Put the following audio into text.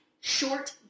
Short